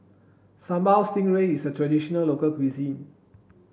Sambal Stingray is a traditional local cuisine